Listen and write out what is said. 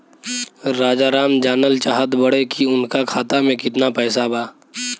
राजाराम जानल चाहत बड़े की उनका खाता में कितना पैसा बा?